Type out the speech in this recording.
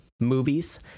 Movies